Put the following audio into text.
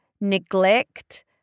neglect